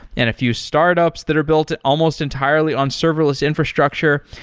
and a few startups that are built almost entirely on serverless infrastructure.